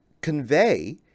convey